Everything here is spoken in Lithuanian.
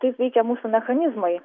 taip veikia mūsų mechanizmai